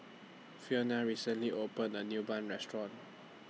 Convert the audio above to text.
Fiona recently opened A New Bun Restaurant